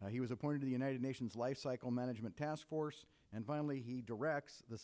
and he was appointed the united nations life cycle management task force and vialli he directs th